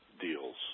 deals